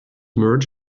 merge